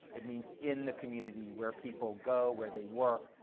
it means in the community where people go, where they work,